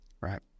right